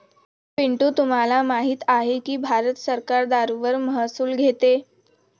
पिंटू तुम्हाला माहित आहे की भारत सरकार दारूवर महसूल घेते